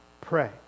Pray